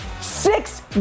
Six